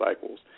cycles